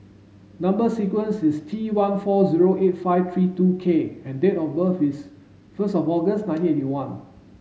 number sequence is T one four zero eight five three two K and date of birth is first of August nineteen eighty one